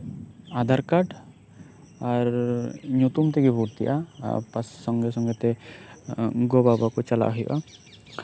Aadhaar card ᱟᱨ ᱧᱩᱛᱩᱢ ᱛᱮᱜᱮ ᱠᱚ ᱵᱷᱚᱨᱛᱤᱜᱼᱟ ᱛᱟᱨ ᱥᱚᱝᱜᱮ ᱥᱚᱝᱜᱮ ᱛᱮ ᱜᱚ ᱵᱟᱵᱟ ᱠᱚ ᱪᱟᱞᱟᱜ ᱦᱳᱭᱳᱜᱼᱟ